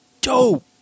dope